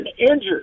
injured